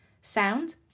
sound